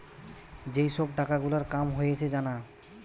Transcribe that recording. যেই সব টাকা গুলার কাম হয়েছে জানা